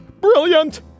Brilliant